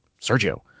Sergio